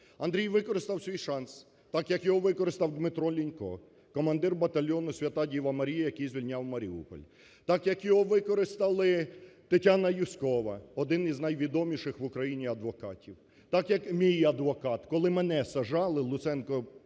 Андрій використав свій шанс, так як його використав Дмитро Лінько, командир батальйону "Свята діва Марія", який звільняв Маріуполь, так як його використали Тетяна Юзькова, один з найвідоміших в Україні адвокатів, так як мій адвокат, коли мене саджали, Луценко по